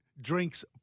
drinks